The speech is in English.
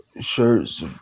shirts